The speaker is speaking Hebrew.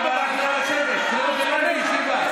רם בן ברק, נא לשבת, קריאות בישיבה.